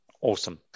Awesome